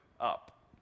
up